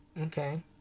Okay